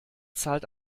zahlt